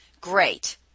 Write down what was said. great